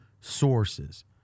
sources